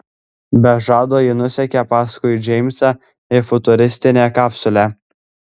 be žado ji nusekė paskui džeimsą į futuristinę kapsulę